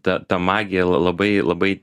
ta ta magija labai labai